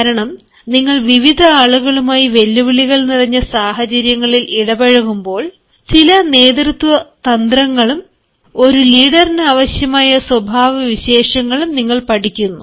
കാരണം നിങ്ങൾ വിവിധ ആളുകളുമായി വെല്ലുവിളികൾ നിറഞ്ഞ സാഹചര്യങ്ങളിൽ ഇടപഴകുമ്പോൾ ചില നേതൃത്വ തന്ത്രങ്ങളും ഒരു ലീഡറിന് ആവിശ്യമായ സ്വഭാവവിശേണങ്ങളും നിങ്ങൾ പഠിക്കുന്നു